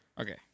Okay